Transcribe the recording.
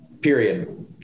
Period